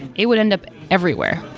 it would end up everywhere,